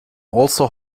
also